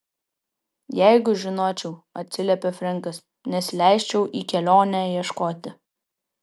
jeigu žinočiau atsiliepė frenkas nesileisčiau į kelionę ieškoti